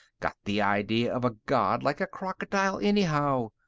got the idea of a god like a crocodile, anyhow?